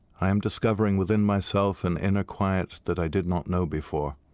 i am discovering within myself an inner quiet that i did not know before.